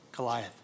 Goliath